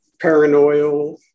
Paranoid